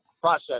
process